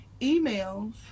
emails